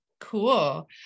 Cool